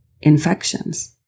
infections